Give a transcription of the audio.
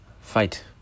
fight